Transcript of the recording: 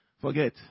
forget